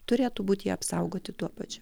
turėtų būt jie apsaugoti tuo pačiu